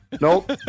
Nope